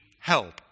help